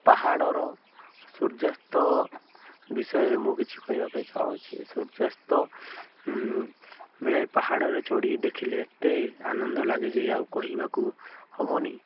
ପାହାଡ଼ର ସୂର୍ଯ୍ୟାସ୍ତ ବିଷୟରେ ମୁଁ କିଛି କହିବା ପାଇଁ ଚାହୁଁଛି ସୂର୍ଯ୍ୟାସ୍ତ ବେଳେ ପାହାଡ଼ରେ ଚଢ଼ି ଦେଖିଲେ ଏତେ ଆନନ୍ଦ ଲାଗେ ଯେ ଆଉ କହିବାକୁ ହବନି